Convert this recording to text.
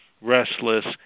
restless